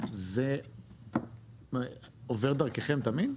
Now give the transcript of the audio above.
זה עובר דרככם תמיד?